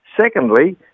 Secondly